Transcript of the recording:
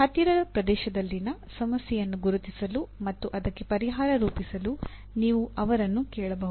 ಹತ್ತಿರದ ಪ್ರದೇಶದಲ್ಲಿನ ಸಮಸ್ಯೆಯನ್ನು ಗುರುತಿಸಲು ಮತ್ತು ಅದಕ್ಕೆ ಪರಿಹಾರ ರೂಪಿಸಲು ನೀವು ಅವರನ್ನು ಕೇಳಬಹುದು